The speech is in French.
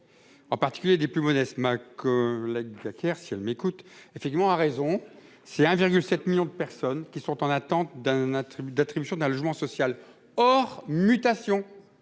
En particulier des plus modestes Mac l'Anita Kerr si elle m'écoute effectivement a raison c'est 1,7 millions de personnes qui sont en attente d'un attribut d'attribution d'un logement social. Or mutation.